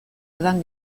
edan